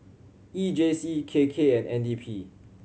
E J C K K and N D P